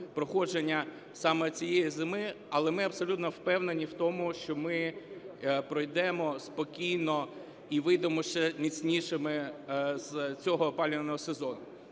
проходження саме цієї зими. Але ми абсолютно впевнені в тому, що ми пройдемо спокійно і вийдемо ще міцнішими з цього опалювального сезону.